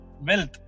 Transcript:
wealth